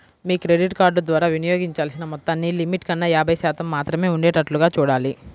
మీ credit card ద్వారా వినియోగించాల్సిన మొత్తాన్ని లిమిట్ కన్నా యాభై శాతం మాత్రమే ఉండేటట్లుగా చూడాలి